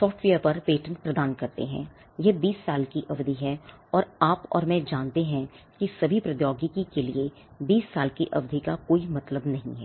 software पर patent प्रदान करते हैं यह 20 साल की अवधि है और आप और मैं जानते हैं कि सभी प्रौद्योगिकी के लिए 20 साल की अवधि का कोई मतलब नहीं है